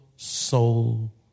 Soul